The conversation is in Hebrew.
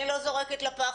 אני לא זורקת לפח,